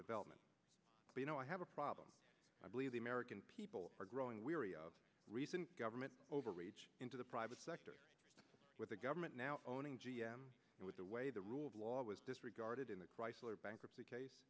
development you know i have a problem i believe the american people are growing weary of recent government overreach into the private sector with the government now owning g m and with the way the rule of law was disregarded in the chrysler bankruptcy case